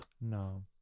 No